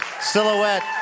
Silhouette